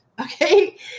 Okay